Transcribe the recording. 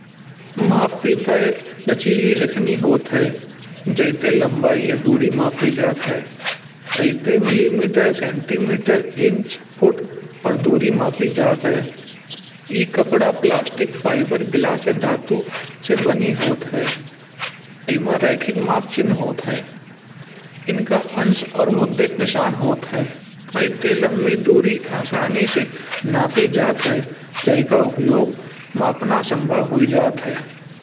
मापफिता एक लचिली रेखनी होता है जेते लंबाई या दूरी मापी जात है। अइते millimetre, centimetre, inch foot और दूरी मापी जात है। ए कपड़ा प्लास्टिक फाइबर गिलास या धातु से बनी होत है। एमा रेखिचिह्न चिन्ह होत ह इनका अंश और मुद्दे निशान होत हैं। एँते लंबी दूरी आसानी से मापी जात है जिका उपयोग मापना संभव हुई जात है।